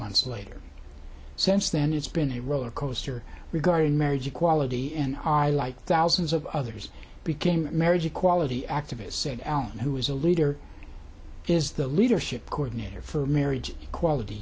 months later since then it's been a roller coaster regarding marriage equality and i like thousands of others became marriage equality activists said allen who is a leader is the leadership coordinator for marriage equality